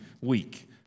Week